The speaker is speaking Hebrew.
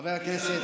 חבר הכנסת,